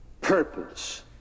purpose